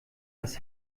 was